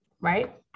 right